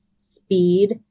speed